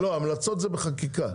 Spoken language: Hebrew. לא, המלצות זה בחקיקה.